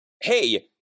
Hey